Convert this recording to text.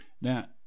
Now